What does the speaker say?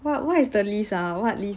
what what is the list ah what list